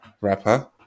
rapper